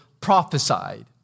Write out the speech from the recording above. prophesied